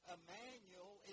Emmanuel